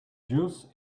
juice